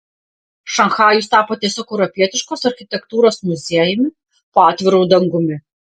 šanchajus tapo tiesiog europietiškos architektūros muziejumi po atviru dangumi